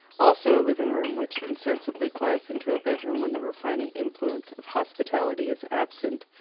also a living-room, which insensibly glides into a bedroom when the refining influence of hospitality is absent,